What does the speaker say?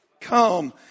come